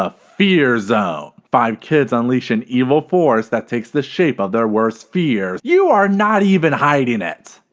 ah fear zone! five kids unleashed an evil force that takes the shape of their worst fears. you are not even hiding it.